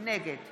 נגד